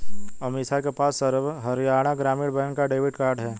अमीषा के पास सर्व हरियाणा ग्रामीण बैंक का डेबिट कार्ड है